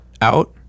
out